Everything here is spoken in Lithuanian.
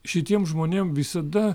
šitiem žmonėms visada